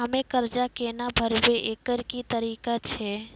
हम्मय कर्जा केना भरबै, एकरऽ की तरीका छै?